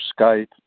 Skype